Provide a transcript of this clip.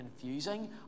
confusing